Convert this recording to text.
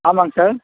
ஆமாங்க சார்